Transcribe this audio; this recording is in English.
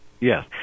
Yes